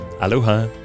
Aloha